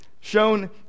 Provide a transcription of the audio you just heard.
shown